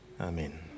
Amen